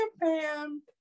Pam